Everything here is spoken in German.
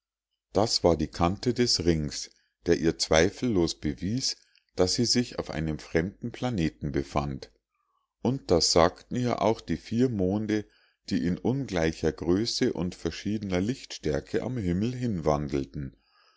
das war die kante des rings der ihr zweifellos bewies daß sie sich auf einem fremden planeten befand und das sagten ihr auch die vier monde die in ungleicher größe und verschiedener lichtstärke am himmel hinwandelten